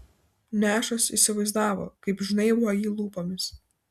nešas įsivaizdavo kaip žnaibo jį lūpomis